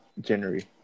January